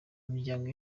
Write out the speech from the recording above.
imiryango